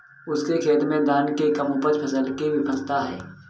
उसके खेत में धान की कम उपज फसल की विफलता है